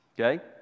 okay